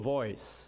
voice